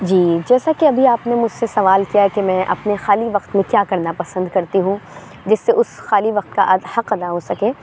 جی جیسا کہ ابھی آپ نے مجھ سے سوال کیا کہ میں اپنے خالی وقت میں کیا کرنا پسند کرتی ہوں جس سے اُس خالی وقت کا حق ادا ہو سکے